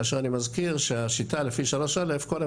כאשר אני מזכיר שהשיטה לפי 3א' היא קודם